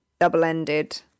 double-ended